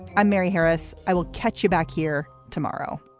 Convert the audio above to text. i'm mary harris. i will catch you back here tomorrow